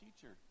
teacher